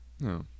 No